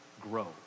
grow